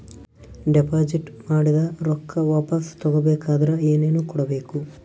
Deposit ಮಾಡಿದ ರೊಕ್ಕ ವಾಪಸ್ ತಗೊಬೇಕಾದ್ರ ಏನೇನು ಕೊಡಬೇಕು?